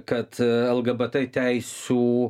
kad lgbt teisių